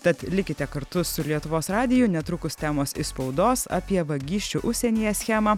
tad likite kartu su lietuvos radiju netrukus temos iš spaudos apie vagysčių užsienyje schemą